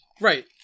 Right